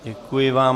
Děkuji vám.